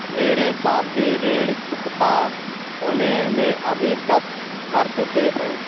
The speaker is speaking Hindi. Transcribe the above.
मेरे सावधि ऋण चुकता होने में अभी दस वर्ष शेष है